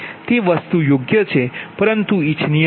તે વસ્તુ યોગ્ય છે પરતુ ઇચ્છનીય નથી